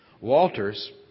Walter's